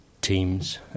teams